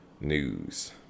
News